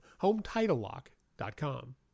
HomeTitleLock.com